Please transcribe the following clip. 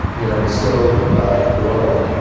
you know, it's still growing.